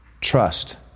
Trust